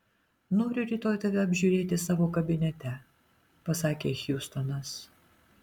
noriu rytoj tave apžiūrėti savo kabinete pasakė hjustonas